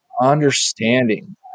understanding